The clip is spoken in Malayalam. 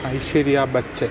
ഐശ്വര്യാ ബച്ചൻ